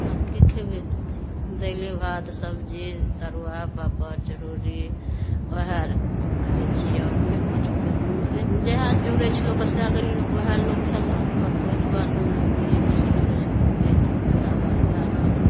तब की खयबै दाले भात सब्जी तरुआ पापड़ चरौड़ी ओहे आर खाइत छियै अ अपने किछु जहए जुड़ैत छै लोक कऽ सहए गरीब लोक ओहे लोक खयलक आओर तऽ बातमे लोक नहिए किछु जुड़ैत छै लोक खाइत छै ओएह बात ओएह रहल